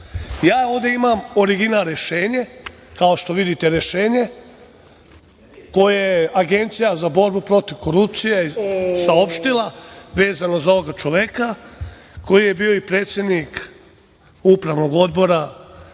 Ja ovde imam original rešenje, kao što vidite, rešenje koje je Agencija za borbu protiv korupcije saopštila vezano za ovoga čoveka, koji je bio i predsednik Upravnog odbora